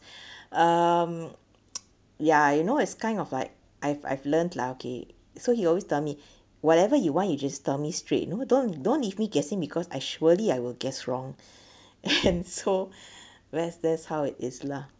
um ya you know it's kind of like I've I've learned lucky so he always tell me whatever you want you just tell me straight you know don't don't leave me guessing because actually I will guess wrong and so where that's how it is lah